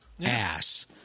ass